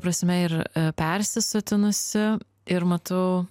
prasme ir persisotinusi ir matau